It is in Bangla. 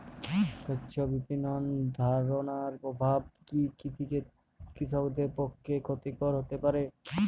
স্বচ্ছ বিপণন ধারণার অভাব কি কৃষকদের পক্ষে ক্ষতিকর হতে পারে?